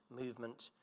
movement